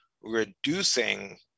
reducing